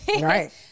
Right